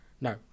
no